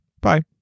Bye